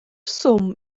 swm